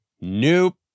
nope